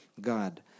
God